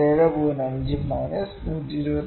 5 minus 127